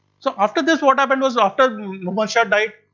so after this what happened was, after mahmud shah died,